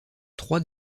trois